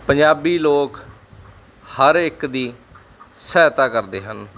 ਪੰਜਾਬੀ ਲੋਕ ਹਰ ਇੱਕ ਦੀ ਸਹਾਇਤਾ ਕਰਦੇ ਹਨ